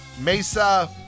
Mesa